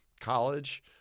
College